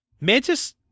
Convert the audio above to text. Mantis-